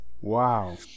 Wow